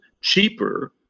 cheaper